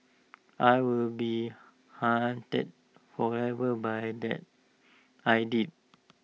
I will be haunted forever by that I did